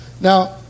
Now